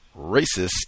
racist